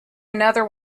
another